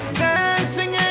dancing